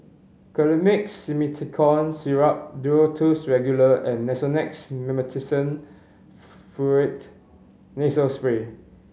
Colimix Simethicone Syrup Duro Tuss Regular and Nasonex Mometasone Furoate Nasal Spray